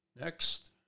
Next